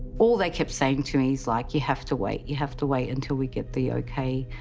all they kept saying to me is like, you have to wait. you have to wait until we get the ok.